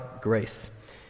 grace